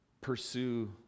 pursue